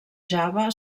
java